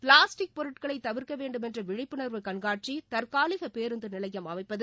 plastic பொருட்களைதவிர்க்கவேண்டுமென்றவிழிப்புணர்வு கண்காட்சி தற்காலிகபேருந்துநிலையம் அமைப்பது